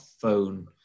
phone